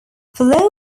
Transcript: following